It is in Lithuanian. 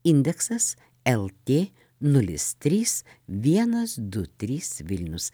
indeksas lt nulis trys vienas du trys vilnius